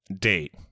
date